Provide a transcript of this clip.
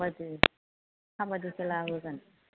खाबादि खाबादि खेला होगोन